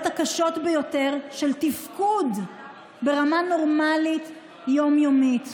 הקשות ביותר של תפקוד ברמה נורמלית יום-יומית.